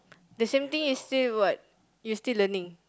the same thing is still got you still learning